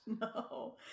No